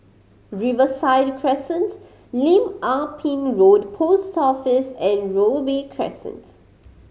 Riverside Crescent Lim Ah Pin Road Post Office and Robey Crescent